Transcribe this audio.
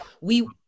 We-